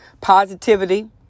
Positivity